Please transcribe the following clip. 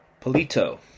Polito